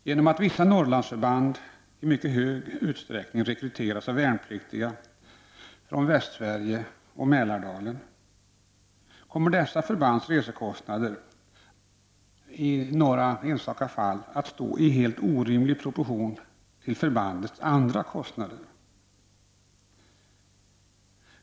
Genom att vissa Norrlandsförband i mycket stor utsträckning rekryteras bland värnpliktiga från Västsverige och Mälardalen kommer dessa förbands resekostnader i enstaka fall att stå i helt orimlig proportion till förbandets andra kostnader.